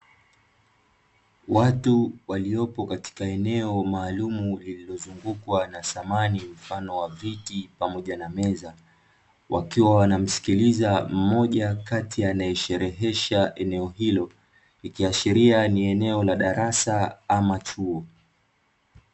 Watu waliopo katika eneo maalumu lililozungukwa na samani mfano wa viti, pamoja na meza, wakiwa wanamsikiliza mmoja kati ya anaesherehesha eneo hilo, ikiashiria ni eneo la darasa ama chuo.